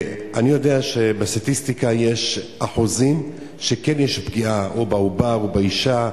אני יודע שבסטטיסטיקה יש אחוזים שכן יש פגיעה בעובר או באשה,